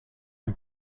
can